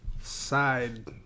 side